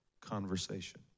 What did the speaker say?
conversation